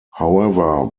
however